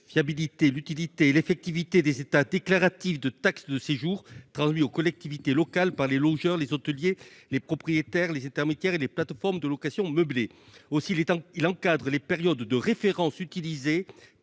fiabilité, l'utilité et l'effectivité des États déclaratif de taxes de séjour transmis aux collectivités locales par les longueurs, les hôteliers, les propriétaires, les intermédiaires et les plateformes de location meublée aussi les temps il encadre les périodes de référence utilisé